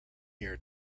year